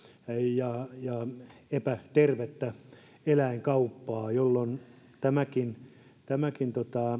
ja epätervettä eläinkauppaa jolloin tämäkin tämäkin